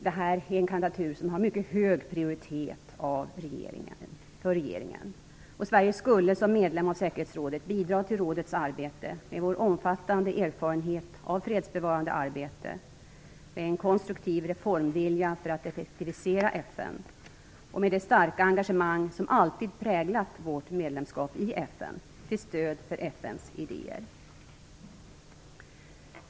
Vår kandidatur har en mycket hög prioritet för regeringen. Sverige skulle som medlem av säkerhetsrådet bidra till rådets arbete med vår omfattande erfarenhet av fredsbevarande arbete, med en konstruktiv reformvilja för att effektivisera FN och med det starka engagemang som alltid präglat vårt medlemskap i FN till stöd för FN:s idéer.